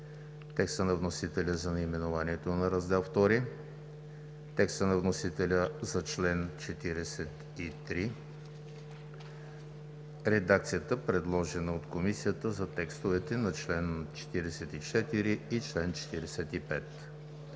текста на вносителя за наименованието на Раздел II; текста на вносителя за чл. 43; редакцията, предложена от Комисията, за текстовете на членове 44 и 45.